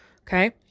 okay